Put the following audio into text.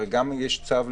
הרי גם יש צו,